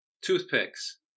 Toothpicks